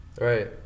right